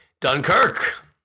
Dunkirk